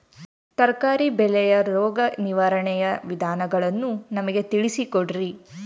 ತರಕಾರಿ ಬೆಳೆಯ ರೋಗ ನಿರ್ವಹಣೆಯ ವಿಧಾನಗಳನ್ನು ನಮಗೆ ತಿಳಿಸಿ ಕೊಡ್ರಿ?